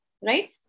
right